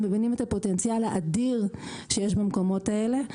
הם מבינים את הפוטנציאל האדיר שיש במקומות האלה.